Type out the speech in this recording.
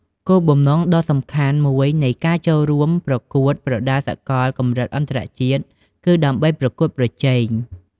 គោលបំណងដ៏សំខាន់មួយនៃការចូលរួមប្រកួតប្រដាល់សកលកម្រិតអន្តរជាតិ គឺដើម្បីប្រកួតប្រជែង។